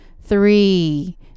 three